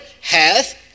hath